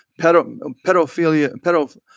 pedophilia